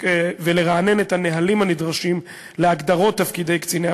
ולרענן את הנהלים הנדרשים להגדרות תפקידי קציני הבטיחות.